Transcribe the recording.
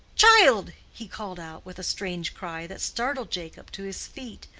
child! he called out with a strange cry that startled jacob to his feet,